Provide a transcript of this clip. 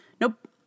Nope